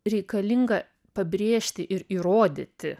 reikalinga pabrėžti ir įrodyti